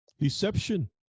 Deception